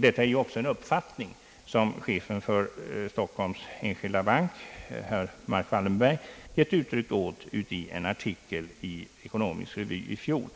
Detta är också en uppfattning som chefen för Stockholms enskilda bank, herr Marc Wallenberg, gett uttryck åt i en artikel i Ekonomisk Revy i fjol,